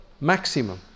Maximum